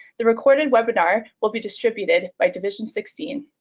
the recorded webinar will be distributed by division sixteen,